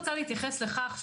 להתייחס לכך,